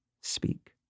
speak